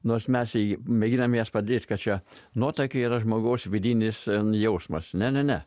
nors mes mėginam jas padėt kad čia nuotaikai yra žmogaus vidinis jausmas ne ne